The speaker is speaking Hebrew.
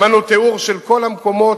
שמענו תיאור של כל המקומות,